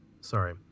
Sorry